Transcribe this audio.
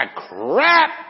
crap